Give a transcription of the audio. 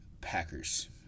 Packers